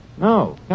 No